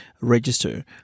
register